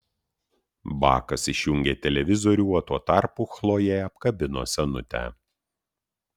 bakas išjungė televizorių o tuo tarpu chlojė apkabino senutę